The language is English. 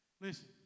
Listen